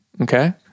Okay